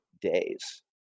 days